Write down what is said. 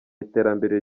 iterambere